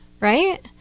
right